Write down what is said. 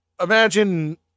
imagine